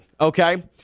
Okay